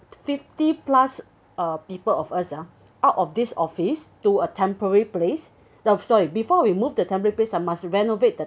fifty plus uh people of us ah out of this office to a temporary place no sorry before we move the temporary place I must renovate the